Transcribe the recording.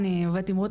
אני עובדת עם רות.